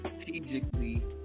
strategically